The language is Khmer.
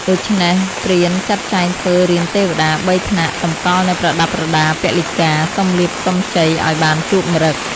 ដូច្នេះ ព្រានចាត់ចែងធ្វើរានទេវតា ៣ថ្នាក់ តម្កល់នូវប្រដាប់ប្រដាពលីការ សុំលាភសុំជ័យឱ្យបានជួបម្រឹគ។